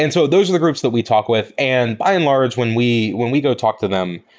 and so those are the groups that we talk with, and by and large when we when we go talk to them,